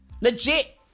Legit